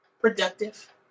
productive